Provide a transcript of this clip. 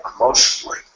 emotionally